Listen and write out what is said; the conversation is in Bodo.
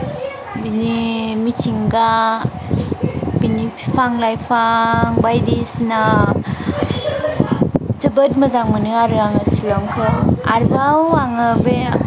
बिनि मिथिंगा बिनि बिफां लाइफां बायदिसिना जोबोद मोजां मोनो आरो आङो शिलंखौ आरोबाव आङो बे